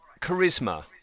Charisma